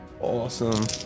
Awesome